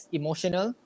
emotional